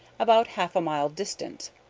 about half a mile distant,